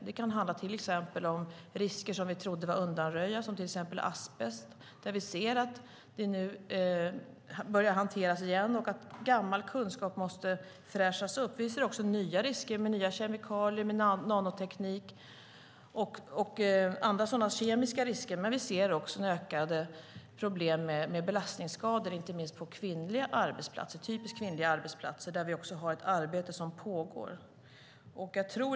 Det kan till exempel handla om risker som vi trodde var undanröjda, som till exempel asbest, där vi ser att det nu börjar hanteras igen. Gammal kunskap måste fräschas upp. Vi ser också nya risker med nya kemikalier, nanoteknik och andra sådana kemiska risker. Vi ser också ökade problem med belastningsskador inte minst på typiskt kvinnliga arbetsplatser, där vi också har ett arbete som pågår.